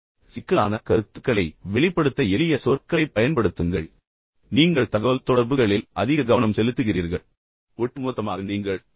ஆனால் சிக்கலான கருத்துக்களை வெளிப்படுத்த எளிய சொற்களைப் பயன்படுத்துங்கள் எனவே நீங்கள் வார்த்தைகளை எளிமையாகப் பயன்படுத்துகிறீர்கள் என்பதை மக்கள் அறிவார்கள் ஆனால் நீங்கள் தகவல்தொடர்புகளில் அதிக கவனம் செலுத்துகிறீர்கள்